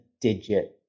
digit